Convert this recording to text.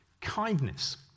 Kindness